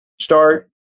start